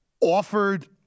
offered